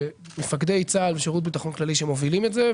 ומפקדי צה"ל ושירות הביטחון הכללי שמובילים את זה.